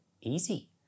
easy